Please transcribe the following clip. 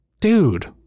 dude